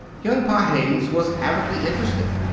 young pages was avidly interested.